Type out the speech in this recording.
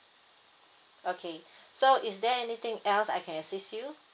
okay so is there anything else I can assist you